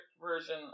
version